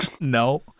no